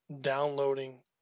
downloading